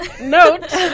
note